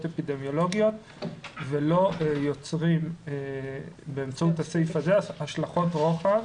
אפידמיולוגיות ולא יוצרים באמצעות הסעיף הזה השלכות רוחב